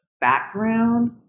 background